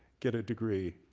get a degree,